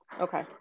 Okay